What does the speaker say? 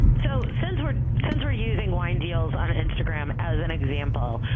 so since we're since were using winedeals on instagram as an example,